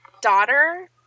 Daughter